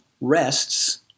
rests